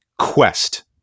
quest